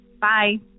Bye